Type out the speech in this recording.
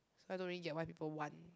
so I don't really get why people want